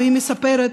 והיא מספרת,